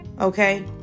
Okay